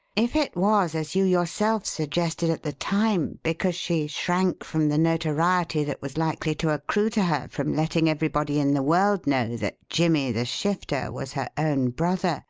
if it was as you yourself suggested at the time, because she shrank from the notoriety that was likely to accrue to her from letting everybody in the world know that jimmy the shifter was her own brother,